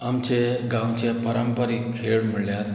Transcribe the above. आमचे गांवचे पारंपारीक खेळ म्हणल्यार